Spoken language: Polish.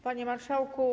Panie Marszałku!